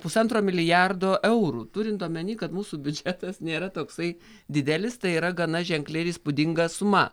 pusantro milijardo eurų turint omeny kad mūsų biudžetas nėra toksai didelis tai yra gana ženkli ir įspūdinga suma